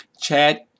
Chad